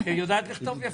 יודעת לכתוב יפה.